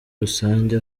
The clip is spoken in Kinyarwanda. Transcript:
rusange